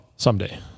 Someday